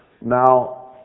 Now